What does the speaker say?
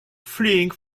fleeing